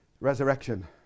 resurrection